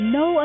no